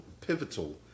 pivotal